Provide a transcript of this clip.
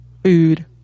food